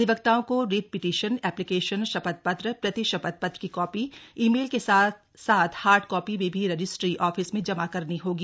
अधिवक्ताओं को writ petition application शपथपत्र प्रति शपथपत्र की कॉपी ई मेल के साथ साथ हार्ड कॉपी में भी रजिस्ट्री ऑफिस में जमा करनी होगी